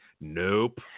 nope